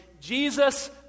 Jesus